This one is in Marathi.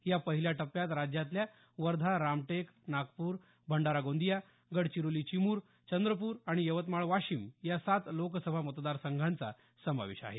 या पहिल्या टप्प्यात राज्यातल्या वर्धा रामटेक नागपूर भंडारा गोंदिया गडचिरोली चिमूर चंद्रपूर आणि यवतमाळ वाशिम या सात लोकसभा मतदारसंघांचा समावेश आहे